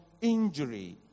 injury